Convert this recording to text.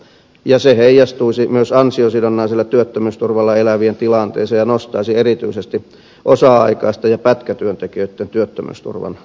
ja se heijastuisi myös ansiosidonnaisella työttömyysturvalla elävien tilanteeseen ja nostaisi erityisesti osa aikaisten ja pätkätyöntekijöitten työttömyysturvan tasoa